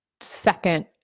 second